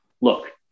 look